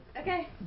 Okay